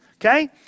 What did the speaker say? okay